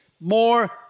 more